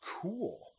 cool